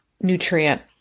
nutrient